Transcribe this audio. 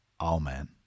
Amen